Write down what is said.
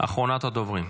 אחרונת הדוברים.